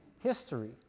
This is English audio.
history